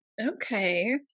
Okay